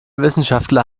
wissenschaftler